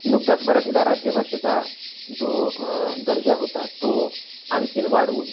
नुकताच मराठीला राज्यभाषेचा जो दर्जा होता तो आणखीन वाढवून